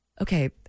Okay